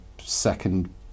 second